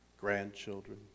grandchildren